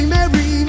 Mary